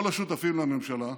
כל השותפים בממשלה,